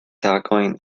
tagojn